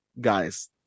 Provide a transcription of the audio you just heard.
guys